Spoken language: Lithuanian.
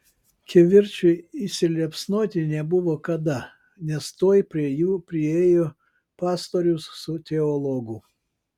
kivirčui įsiliepsnoti nebuvo kada nes tuoj prie jų priėjo pastorius su teologu